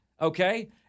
okay